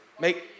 Make